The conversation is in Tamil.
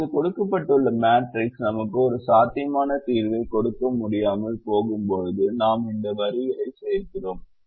இப்போது கொடுக்கப்பட்ட மேட்ரிக்ஸ் நமக்கு ஒரு சாத்தியமான தீர்வைக் கொடுக்க முடியாமல் போகும்போது நாம் இந்த வரிகளைச் சேர்க்கிறோம்